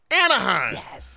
Anaheim